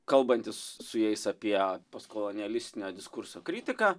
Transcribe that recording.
kalbantis su jais apie postkolonialistinio diskurso kritiką